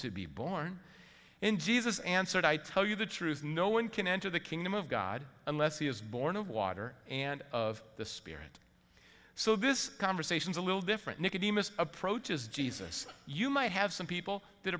to be born in jesus answered i tell you the truth no one can enter the kingdom of god unless he is born of water and of the spirit so this conversation is a little different approaches jesus you might have some people that